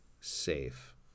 safe